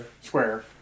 Square